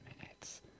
minutes